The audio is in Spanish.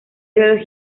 biología